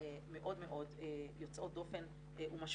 מאוד מאוד יוצאות דופן ומשמעותיות.